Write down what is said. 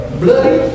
bloody